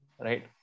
right